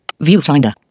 Viewfinder